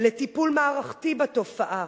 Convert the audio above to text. לטיפול מערכתי בתופעה.